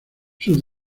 sus